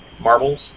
marbles